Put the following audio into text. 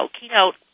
keynote